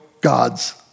God's